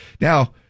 Now